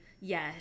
yes